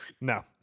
No